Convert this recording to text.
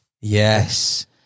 Yes